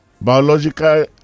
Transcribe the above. Biological